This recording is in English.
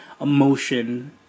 emotion